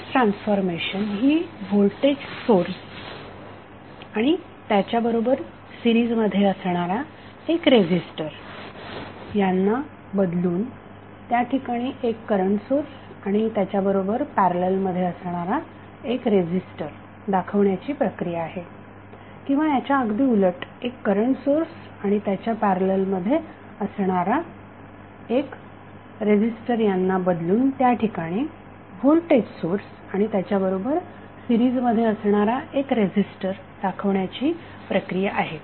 source transformation ही voltage source आणि त्याच्याबरोबर सीरिज मध्ये असणारा एक रेझीस्टर यांना बदलून त्या ठिकाणी एक करंट सोर्स आणि त्याच्याबरोबर पॅरललमध्ये असणारा एक रेझीस्टर दाखवण्याची प्रक्रिया आहे किंवा याच्या अगदी उलट एक करंट सोर्स आणि त्याच्याबरोबर पॅरललमध्ये असणारा एक रेझीस्टर यांना बदलून त्या ठिकाणी व्होल्टेज सोर्स आणि त्याच्याबरोबर सीरिजमध्ये असणारा एक रेझीस्टर दाखवण्याची प्रक्रिया आहे